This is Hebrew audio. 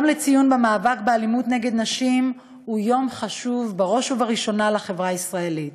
יום המאבק באלימות נגד נשים הוא יום חשוב בראש ובראשונה לחברה הישראלית,